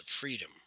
freedom